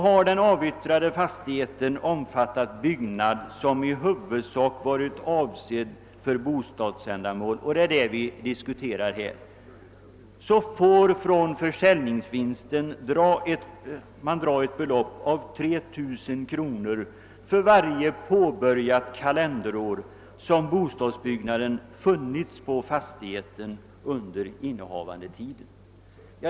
Har den avyttrade fastigheten omfattat byggnad som i huvudsak varit avsedd för bostadsändamål — det är dessa byggnader vi nu diskuterar — får man från försäljningsvinsten dra av ett belopp på 3 000 kronor för varje påbörjat kalenderår som bostaden funnits på fastigheten under innehavandetiden.